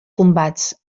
combats